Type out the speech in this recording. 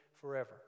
forever